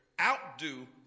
Outdo